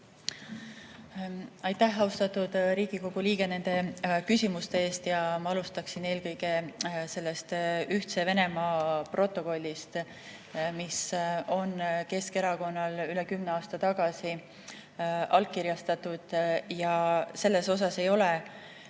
Aitäh, austatud Riigikogu liige, nende küsimuste eest! Ma alustaksin eelkõige sellest Ühtse Venemaa protokollist, mis on Keskerakonnal üle kümne aasta tagasi allkirjastatud. Selles osas ei ole